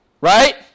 Right